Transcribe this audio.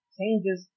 changes